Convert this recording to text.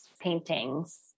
paintings